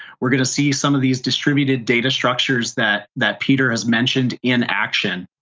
we're going to see some of these distributed data structures that that peter has mentioned in action.